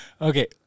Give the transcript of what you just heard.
Okay